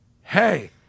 hey